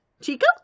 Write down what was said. Chico